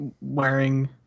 wearing